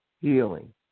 Healing